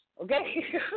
okay